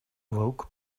awoke